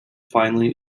finally